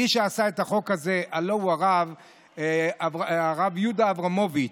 מי שעשה את החוק הזה הלוא הוא הרב יהודה אברמוביץ',